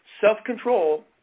self-control